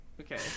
Okay